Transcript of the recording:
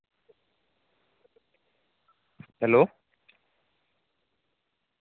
hello